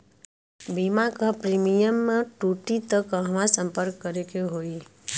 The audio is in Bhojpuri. बीमा क प्रीमियम टूटी त कहवा सम्पर्क करें के होई?